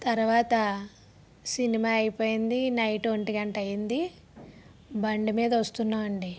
తర్వాత సినిమా అయిపోయింది నైట్ ఒంటిగంట అయ్యింది బండి మీద వస్తున్నామండి